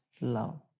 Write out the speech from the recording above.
love